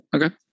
Okay